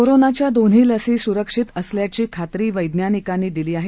कोरोनाच्या दोन्ही लसी सुरक्षित असल्याची खात्री वैज्ञानिकांनी दिली आहे